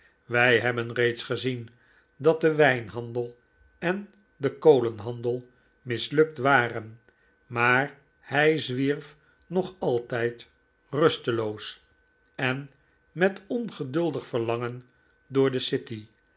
wij hebben reeds gezien dat de wijnhandel en de kolenhandel mislukt waren maar hij zwierf nog altijd rusteloos en met ongeduldig verlangen door de city